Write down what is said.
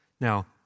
Now